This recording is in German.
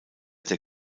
der